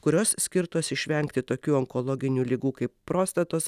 kurios skirtos išvengti tokių onkologinių ligų kaip prostatos